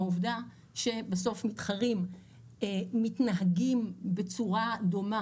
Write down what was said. העובדה שבסוף מתחרים מתנהגים בצורה דומה